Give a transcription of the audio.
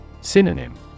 Synonym